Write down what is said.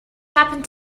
happened